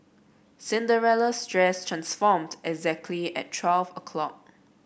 Cinderella's dress transformed exactly at twelve o'clock